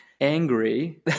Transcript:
angry